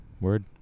word